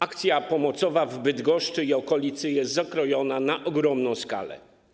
Akcja pomocowa w Bydgoszczy i okolicy jest zakrojona na ogromną skalę.